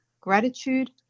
gratitude